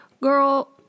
Girl